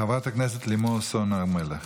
חברת הכנסת לימור סון הר מלך.